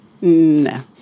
No